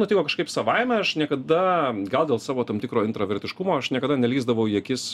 nutiko kažkaip savaime aš niekada gal dėl savo tam tikro introvertiškumo aš niekada nelįsdavau į akis